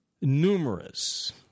numerous